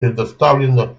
предоставлено